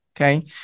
okay